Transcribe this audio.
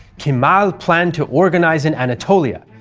kemal planned to organize in anatolia,